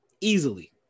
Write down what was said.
Easily